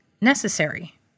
necessary